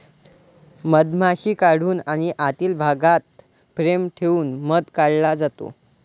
मधमाशी काढून आणि आतील भागात फ्रेम ठेवून मध काढला जातो